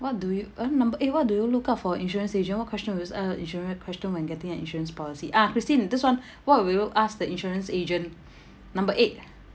what do you en~ number eight what do you look out for insurance agent what question was uh insurance question when getting an insurance policy ah christine this [one] what will you ask the insurance agent number eight